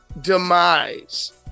demise